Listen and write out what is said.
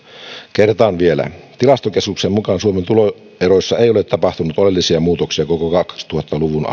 kertaan vielä tilastokeskuksen mukaan suomen tuloeroissa ei ole tapahtunut oleellisia muutoksia koko kaksituhatta luvun